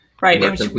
Right